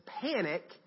panic